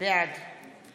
בעד